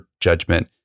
judgment